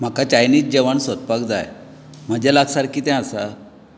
म्हाका चायनीज जेवण सोदपाक जाय म्हजे लागसार कितें आसा